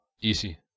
easy